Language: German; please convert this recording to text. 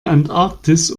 antarktis